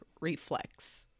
reflex